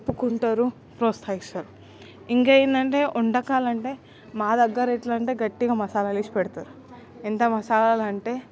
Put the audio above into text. ఒప్పుకుంటరు ప్రోత్సహిస్తరు ఇంకేందంటే వంటకాలంటే మా దగ్గరెట్లంటే గట్టిగ మసాలలేసి పెడతరు ఎంత మసాలాలంటే